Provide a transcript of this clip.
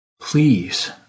Please